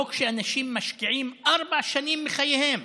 לא כשאנשים משקיעים ארבע שנים מחייהם,